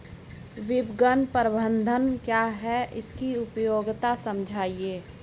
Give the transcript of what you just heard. विपणन प्रबंधन क्या है इसकी उपयोगिता समझाइए?